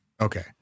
Okay